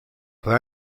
tre